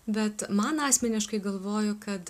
bet man asmeniškai galvoju kad